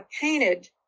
painted